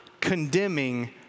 condemning